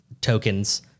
tokens